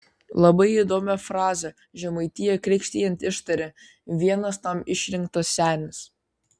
labai įdomią frazę žemaitiją krikštijant ištaria vienas tam išrinktas senis